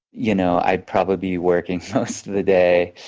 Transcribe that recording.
you know i'd probably be working most of the day.